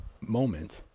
moment